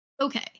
Okay